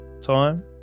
time